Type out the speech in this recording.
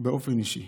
באופן אישי.